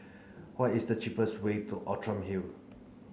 what is the cheapest way to Outram Hill